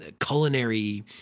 culinary